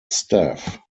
staff